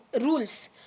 rules